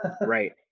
Right